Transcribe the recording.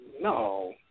no